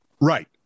Right